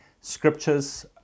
scriptures